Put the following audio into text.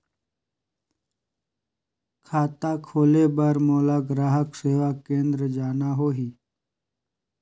खाता खोले बार मोला ग्राहक सेवा केंद्र जाना होही?